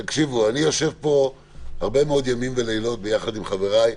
אני יושב פה הרבה מאוד ימים ולילות ביחד עם חבריי,